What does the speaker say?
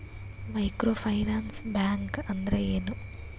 Micro finance bank ಅಂದ್ರ ಏನು?